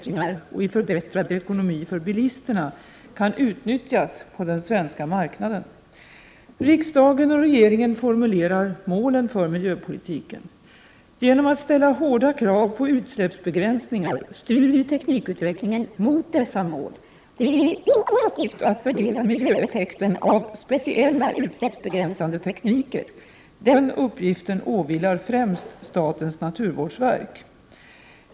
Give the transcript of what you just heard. Herr talman! Ivar Franzén har frågat mig vilka åtgärder regeringen avser vidta för att de möjligheter som Lemi-systemet kan ge i miljöförbättringar och i förbättrad ekonomi för bilisterna kan utnyttjas på den svenska marknaden. Riksdagen och regeringen formulerar målen för miljöpolitiken. Genom att ställa hårda krav på utsläppsbegränsningar styr vi teknikutvecklingen mot dessa mål. Det är inte vår uppgift att värdera miljöeffekten av speciella utsläppsbegränsande tekniker. Den uppgiften åvilar främst statens naturvårdsverk.